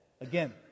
again